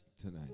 tonight